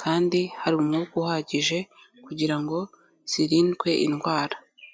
kandi hari umwuka uhagije kugira ngo zirindwe indwara.